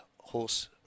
horse